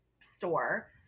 store